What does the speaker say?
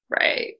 Right